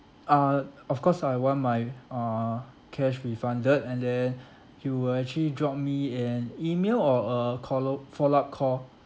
uh of course I want my uh cash refunded and then you will actually drop me an email or a call follow up call